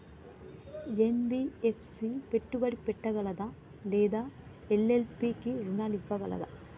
NBFC పెట్టుబడి పెట్టగలదా లేదా ఎల్.ఎల్.పి కి రుణాలు ఇవ్వగలదా?